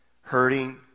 hurting